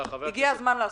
הגיע זמן לעשות.